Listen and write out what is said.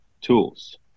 tools